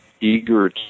eager